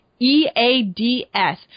E-A-D-S